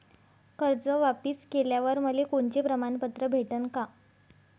कर्ज वापिस केल्यावर मले कोनचे प्रमाणपत्र भेटन का?